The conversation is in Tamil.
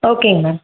ஓகேங்க மேம்